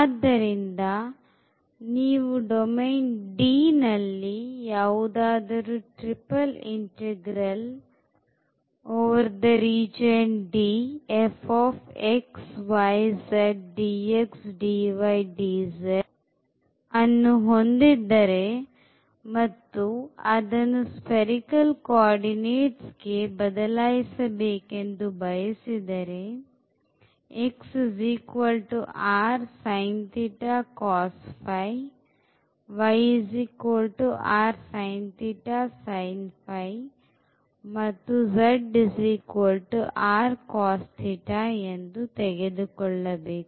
ಆದ್ದರಿಂದ ನೀವು domain d ನಲ್ಲಿ ಯಾವುದಾದರೂ ಟ್ರಿಪಲ್ ಇಂಟೆಗ್ರಲ್ ಅನ್ನು ಹೊಂದಿದ್ದರೆ ಮತ್ತು ಅದನ್ನು spherical co ordinate ಗೆ ಬದಲಾಯಿಸಬೇಕೆಂದು ಬಯಸಿದರೆ ಮತ್ತು ಎಂದು ತೆಗೆದುಕೊಳ್ಳಬೇಕು